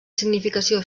significació